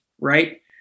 right